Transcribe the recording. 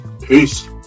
Peace